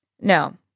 no